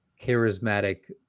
charismatic